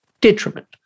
Detriment